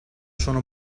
sono